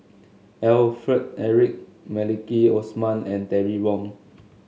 Alfred Eric Maliki Osman and Terry Wong